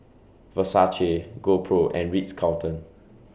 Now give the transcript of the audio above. Versace GoPro and Ritz Carlton